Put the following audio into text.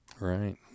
Right